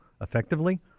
effectively